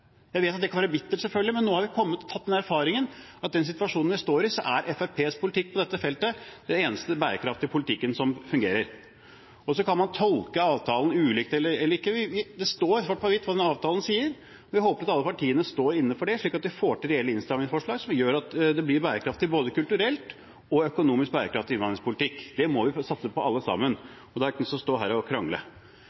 Jeg vet at det kan være bittert, selvfølgelig, men nå har vi fått den erfaringen at i den situasjonen vi står i, er Fremskrittspartiets politikk på dette feltet den eneste politikken som er bærekraftig, og som fungerer. Så kan man tolke avtalen ulikt – eller ikke. Det står svart på hvitt hva den avtalen sier. Vi håper at alle partiene står inne for det, slik at vi får til reelle innstrammingsforslag som gjør at det blir bærekraftig kulturelt, og at vi får en økonomisk bærekraftig innvandringspolitikk. Det må vi satse på alle sammen, og det er ikke noen vits i å stå her og krangle.